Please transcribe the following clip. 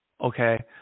okay